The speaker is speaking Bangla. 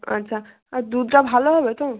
আচ্ছা আর দুধটা ভালো হবে তো